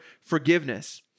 forgiveness